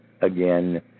again